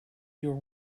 your